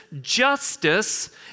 justice